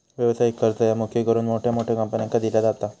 व्यवसायिक कर्ज ह्या मुख्य करून मोठ्या मोठ्या कंपन्यांका दिला जाता